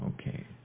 Okay